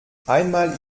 einmal